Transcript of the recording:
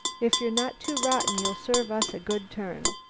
if you're not too rotten, you'll serve us a good turn.